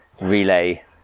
relay